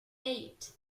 eight